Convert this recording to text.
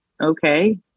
okay